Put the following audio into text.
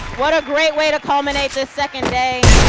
what a great way to culminate the second day.